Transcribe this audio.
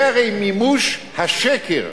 זה הרי מימוש השקר